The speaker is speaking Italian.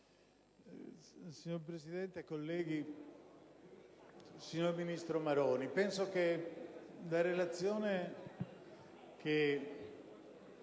Signor Presidente, colleghi, signor ministro Maroni, penso che la relazione fatta